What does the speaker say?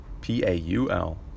P-A-U-L